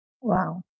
Wow